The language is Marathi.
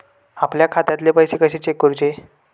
आपल्या खात्यातले पैसे कशे चेक करुचे?